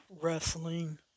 Wrestling